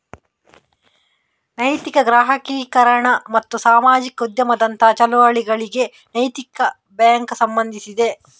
ನೈತಿಕ ಗ್ರಾಹಕೀಕರಣ ಮತ್ತು ಸಾಮಾಜಿಕ ಉದ್ಯಮದಂತಹ ಚಳುವಳಿಗಳಿಗೆ ನೈತಿಕ ಬ್ಯಾಂಕು ಸಂಬಂಧಿಸಿದೆ